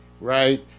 right